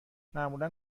معمولا